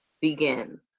begin